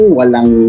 walang